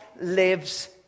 lives